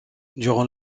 durant